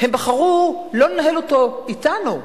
הם בחרו לא לנהל אותו אתנו.